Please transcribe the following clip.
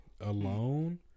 alone